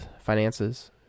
finances